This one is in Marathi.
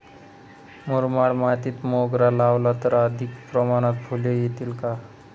मुरमाड मातीत मोगरा लावला तर अधिक प्रमाणात फूले येतील का?